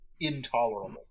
intolerable